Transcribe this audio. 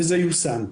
וזה יושם,